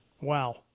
Wow